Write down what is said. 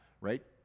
right